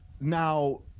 now